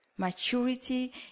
Maturity